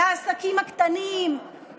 לעסקים הקטנים,